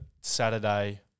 Saturday